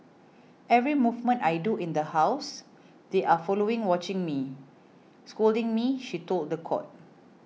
every movement I do in the house they are following watching me scolding me she told the court